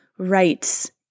Rights